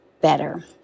better